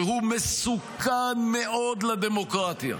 שהוא מסוכן מאוד לדמוקרטיה,